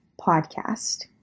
podcast